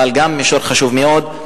אבל גם במישור חשוב מאוד.